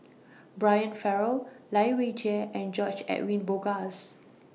Brian Farrell Lai Weijie and George Edwin Bogaars